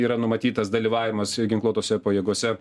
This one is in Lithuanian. yra numatytas dalyvavimas ginkluotose pajėgose